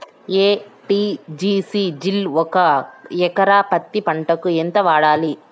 ఎ.టి.జి.సి జిల్ ఒక ఎకరా పత్తి పంటకు ఎంత వాడాలి?